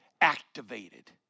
activated